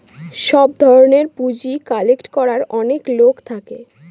সব ধরনের পুঁজি কালেক্ট করার অনেক লোক থাকে